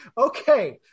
Okay